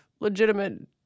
legitimate